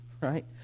right